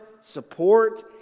support